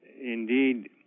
indeed